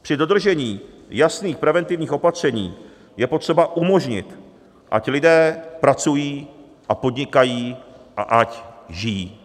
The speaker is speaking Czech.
Při dodržení jasných preventivních opatření je potřeba umožnit, ať lidé pracují a podnikají a ať žijí.